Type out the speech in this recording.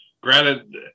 Granted